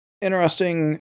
interesting